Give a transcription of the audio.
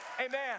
Amen